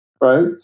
right